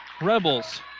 rebels